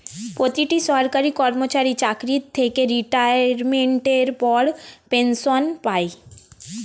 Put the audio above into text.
প্রতিটি সরকারি কর্মচারী চাকরি থেকে রিটায়ারমেন্টের পর পেনশন পায়